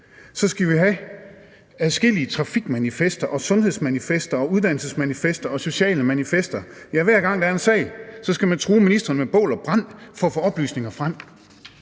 Så skal vi have adskillige trafikmanifester, sundhedsmanifester, uddannelsesmanifester og sociale manifester – ja, hver gang der er en sag, skal man true ministeren med bål og brand for at få oplysninger frem.